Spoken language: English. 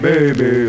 Baby